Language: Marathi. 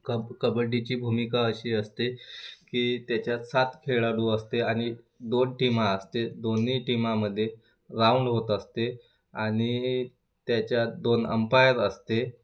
कब कबड्डीची भूमिका अशी असते की त्याच्यात सात खेळाडू असते आणि दोन टीमा असते दोन्ही टीमामध्ये राऊंड होत असते आणि त्याच्यात दोन अंपायर असते